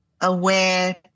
aware